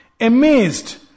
amazed